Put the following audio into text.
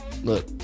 Look